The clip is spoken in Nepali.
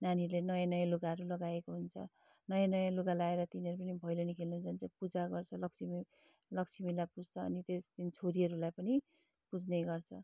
नानीहरूले नयाँ नयाँ लुगाहरू लगाएको हुन्छ नयाँ नयाँ लुगा लगाएर तिनीहरू पनि भैलेनी खेल्नु जान्छन् पूजा गर्छ लक्ष्मीलाई पुज्छ अनि त्यस दिन छोरीहरूलाई पनि पुज्ने गर्छ